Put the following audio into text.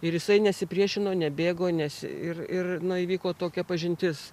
ir jisai nesipriešino nebėgo nes ir ir na įvyko tokia pažintis